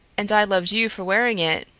and i loved you for wearing it,